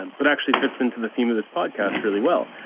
and but actually fits into the theme of this podcast, really well,